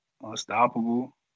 Unstoppable